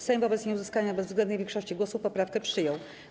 Sejm wobec nieuzyskania bezwzględnej większości głosów poprawkę przyjął.